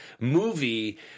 movie